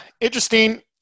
interesting